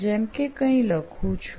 જેમ કે કઈં લખું છું